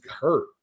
hurt